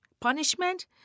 punishment